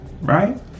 Right